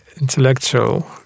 intellectual